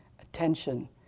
Attention